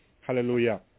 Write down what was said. hallelujah